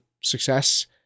success